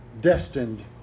destined